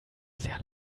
sehr